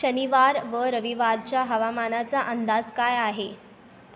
शनिवार व रविवारच्या हवामानाचा अंदाज काय आहे